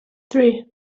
three